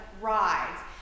rides